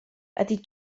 ydy